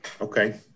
Okay